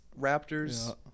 Raptors